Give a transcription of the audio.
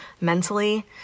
mentally